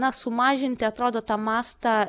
na sumažinti atrodo tą mastą